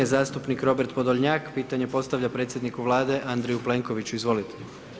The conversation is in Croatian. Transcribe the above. Zastupnik Robert Podolnjak pitanje postavlja predsjedniku Vlade Andreju Plenkoviću, izvolite.